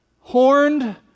horned